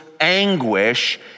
anguish